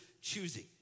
choosing